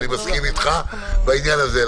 אני מסכים איתך בעניין הזה.